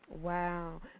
Wow